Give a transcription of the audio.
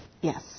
Yes